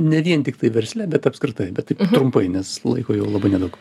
ne vien tiktai versle bet apskritai bet trumpai nes laiko jau labai nedaug